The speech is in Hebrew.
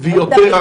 ויותר הרתעה?